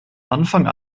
anfang